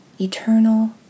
eternal